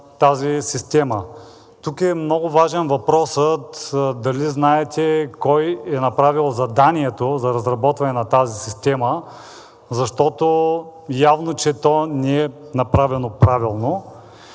Тук е много важен въпросът дали знаете кой е направил заданието за разработване на тази система, защото явно, че то не е направено правилно.